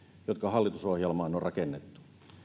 jotka hallitusohjelmaan on rakennettu